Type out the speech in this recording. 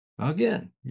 Again